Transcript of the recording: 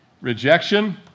rejection